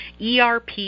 ERP